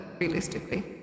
realistically